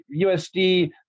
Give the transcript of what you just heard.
USD